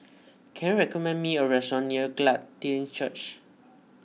can you recommend me a restaurant near Glad Tidings Church